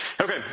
Okay